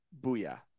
Booyah